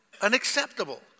unacceptable